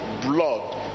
blood